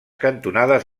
cantonades